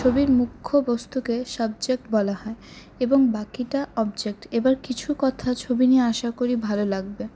ছবির মুখ্য বস্তুকে সাবজেক্ট বলা হয় এবং বাকিটা অবজেক্ট এবার কিছু কথা ছবি নিয়ে আশা করি ভালো লাগবে